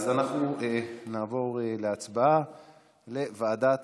אז אנחנו נעבור להצבעה לוועדת